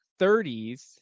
30s